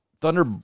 Thunder